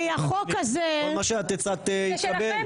כל מה שאת הצעת התקבל.